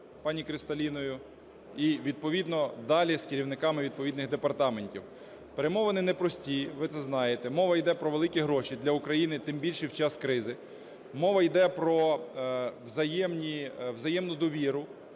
пані Кристаліною, і відповідно далі з керівниками відповідних департаментів. Перемовини непрості, ви це знаєте, мова йде про великі гроші для Україні, і тим більше в час кризи. Мова йде про взаємну довіру.